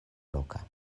loka